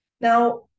Now